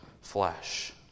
flesh